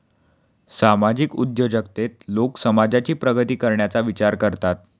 सामाजिक उद्योजकतेत लोक समाजाची प्रगती करण्याचा विचार करतात